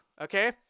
okay